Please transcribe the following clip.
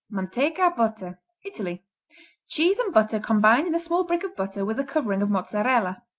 manteca, butter italy cheese and butter combined in a small brick of butter with a covering of mozzarella.